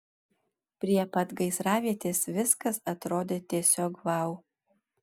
prie pat gaisravietės viskas atrodė tiesiog vau